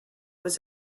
was